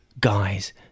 guys